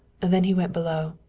then he went below.